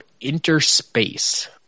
interspace